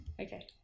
Okay